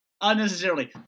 unnecessarily